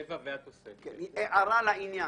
אנחנו